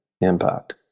impact